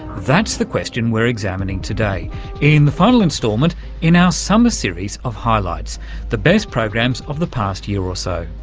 that's the question we're examining today in the final instalment in our ah summer series of highlights the best programmes of the past year or so.